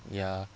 ya